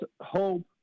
hope